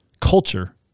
Culture